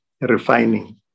refining